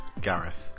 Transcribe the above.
Gareth